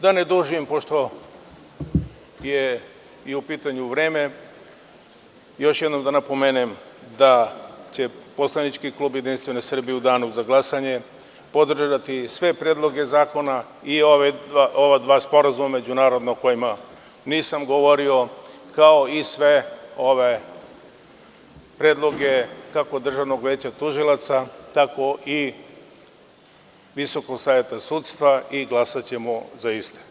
Da ne dužim, pošto je i u pitanju vreme, još jednom da napomenem da će poslanički klub JS u danu za glasanje podržati sve predloge zakona, i ova dva međunarodna sporazuma o kojima nisam govorio, kao i sve ove predloge, kako Državnog veća tužilaca, tako i Visokog saveta sudstva i glasaćemo za iste.